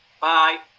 Bye